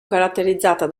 caratterizzata